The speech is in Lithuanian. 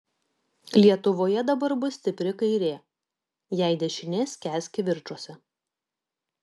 lietuvoje dabar bus stipri kairė jei dešinė skęs kivirčuose